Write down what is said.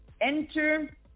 Enter